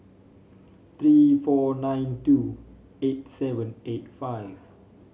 three four nine two eight seven eight five